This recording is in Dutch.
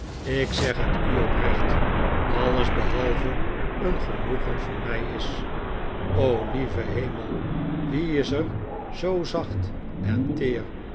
ik zeg het u oprecht alles behalve een genoegen voor mij is o lieve hemel wie is er zoo zacht en teer